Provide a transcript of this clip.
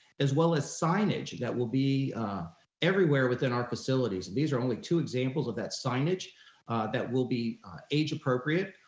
as well as signage that will be everywhere within our facilities. and these are only two examples of that signage that will be age appropriate,